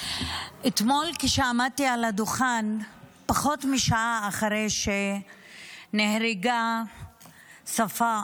אתמול עמדתי על הדוכן פחות משעה אחרי שנהרגה ספאא